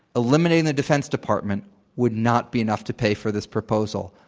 eliminating the defense department would not be enough to pay for this proposal.